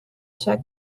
the